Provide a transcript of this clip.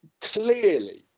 clearly